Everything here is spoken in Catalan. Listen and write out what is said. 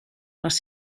les